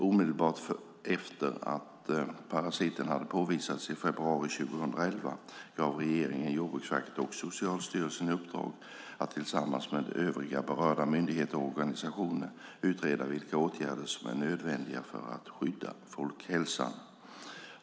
Omedelbart efter att parasiten hade påvisats i februari 2011 gav regeringen Jordbruksverket och Socialstyrelsen i uppdrag att tillsammans med övriga berörda myndigheter och organisationer utreda vilka åtgärder som är nödvändiga för att skydda folkhälsan.